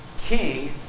King